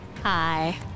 Hi